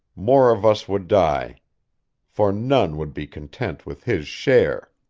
more of us would die for none would be content with his share.